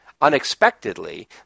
unexpectedly